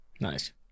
nice